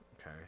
okay